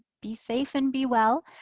be safe and be well.